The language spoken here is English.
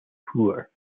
poor